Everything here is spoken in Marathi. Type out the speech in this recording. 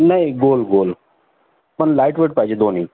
नाही गोल गोल पण लाईट वेट पाहिजे दोन्ही